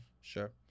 Sure